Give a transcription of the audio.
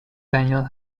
daniel